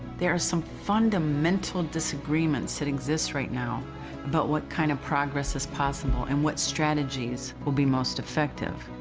there are some fundamental disagreements that exists right now but what kind of progress possible and what strategies will be most effective?